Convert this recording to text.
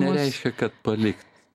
nereiškia kad palikt